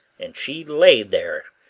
and she lay there.